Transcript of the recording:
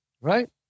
Right